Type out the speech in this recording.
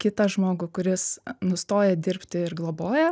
kitą žmogų kuris nustoja dirbti ir globoja